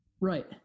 Right